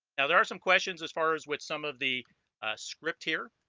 now there are some questions as far as with some of the script here